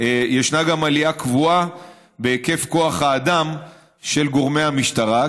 ישנה עלייה קבועה בהיקף כוח האדם של גורמי המשטרה.